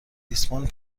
ریسمان